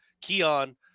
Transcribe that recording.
Keon